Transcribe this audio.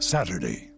Saturday